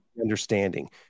understanding